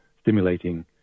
stimulating